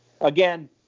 again